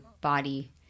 body